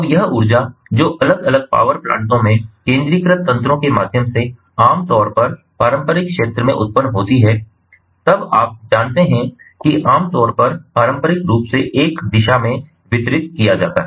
अब यह ऊर्जा जो अलग अलग पावर प्लांटों में केंद्रीयकृत तंत्रों के माध्यम से आम तौर पर पारंपरिक क्षेत्र में उत्पन्न होती है तब आप जानते हैं कि आमतौर पर पारंपरिक रूप से एक दिशा में वितरित किया जाता है